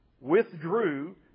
withdrew